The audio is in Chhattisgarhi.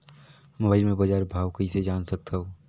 मोबाइल म बजार भाव कइसे जान सकथव?